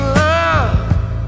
love